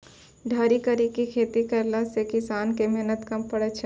ढकी करी के खेती करला से किसान के मेहनत कम पड़ै छै